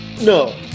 No